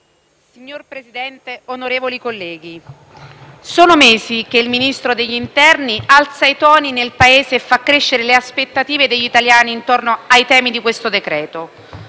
Signor Presidente, onorevoli colleghi, sono mesi che il Ministro dell'interno alza i toni nel Paese e fa crescere le aspettative degli italiani intorno ai temi di questo decreto-legge.